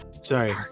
Sorry